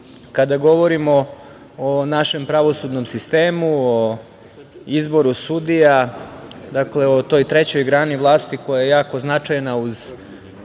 kada govorimo o našem pravosudnom sistemu, o izboru sudija, o toj trećoj grani vlasti koja je jako značajna uz